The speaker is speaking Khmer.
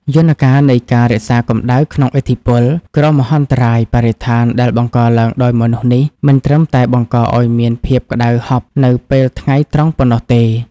យន្តការនៃការរក្សាកម្ដៅក្នុងឥទ្ធិពល គ្រោះមហន្តរាយបរិស្ថានដែលបង្កឡើងដោយមនុស្សនេះ មិនត្រឹមតែបង្កឱ្យមានភាពក្ដៅហប់នៅពេលថ្ងៃត្រង់ប៉ុណ្ណោះទេ។